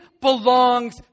belongs